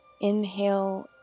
inhale